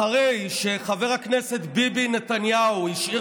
אחרי שחבר הכנסת ביבי נתניהו השאיר